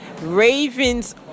ravens